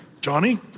Johnny